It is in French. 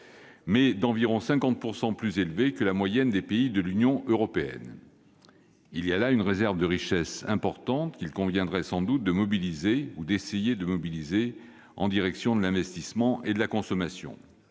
mais d'environ 50 % plus élevé que la moyenne des pays de l'Union européenne. Il y a là une réserve de richesse importante qu'il conviendrait sans doute d'essayer de mobiliser en direction de l'investissement et de la consommation.